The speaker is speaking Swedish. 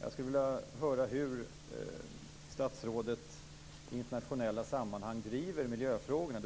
Jag skulle vilja höra hur statsrådet i internationella sammanhang driver miljöfrågorna.